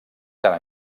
tant